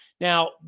Now